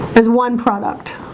there's one product,